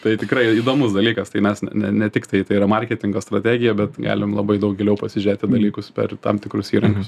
tai tikrai įdomus dalykas tai mes ne ne tiktai tai yra marketingo strategija bet galim labai daug giliau pasižiūrėti dalykus per tam tikrus įrankius